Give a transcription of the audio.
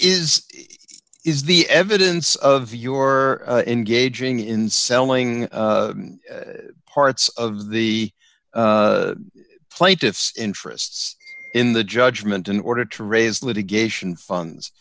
it is the evidence of your engaging in selling parts of the plaintiff's interests in the judgment in order to raise litigation funds